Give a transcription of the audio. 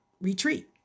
retreat